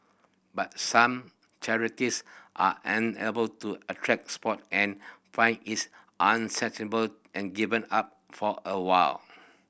but some charities are unable to attract support and find its and given up for a while